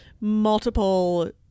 multiple